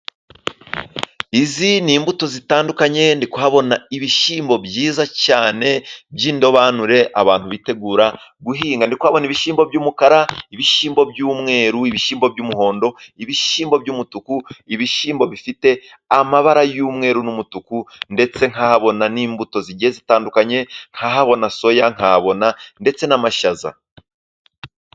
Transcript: Izi ni imbuto zitandukanye. Ndi kuhabona ibishyimbo byiza cyane, by’indobanure, abantu bitegura guhinga. Ndi kuhabona ibishyimbo by’umukara, ibishyimbo by’umweru, ibishyimbo by’umuhondo, ibishyimbo by’umutuku, ibishyimbo bifite amabara y’umweru n’umutuku. Ndetse, nkahabona n’imbuto zigiye zitandukanye, nkahabona soya, nkahabona ndetse n’amashyaza.